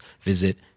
visit